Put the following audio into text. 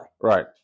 Right